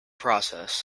process